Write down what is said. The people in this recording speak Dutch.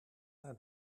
naar